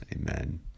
Amen